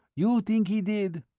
you think he did.